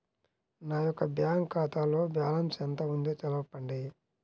నా యొక్క బ్యాంక్ ఖాతాలో బ్యాలెన్స్ ఎంత ఉందో తెలపండి?